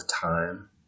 time